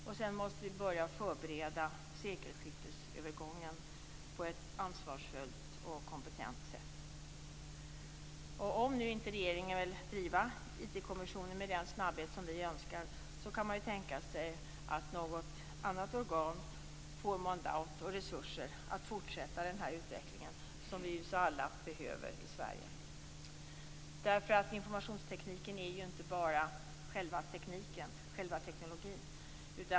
Vi måste dessutom börja förbereda sekelskiftesövergången på ett ansvarsfullt och kompetent sätt. Om regeringen inte vill driva IT-kommissionen med den snabbhet som vi önskar kan man tänka sig att något annat organ får mandat och resurser att fortsätta utvecklingen, som vi alla behöver i Sverige. Informationstekniken är ju inte bara själva tekniken.